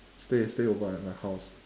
stay stay over at my house